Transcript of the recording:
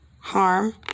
harm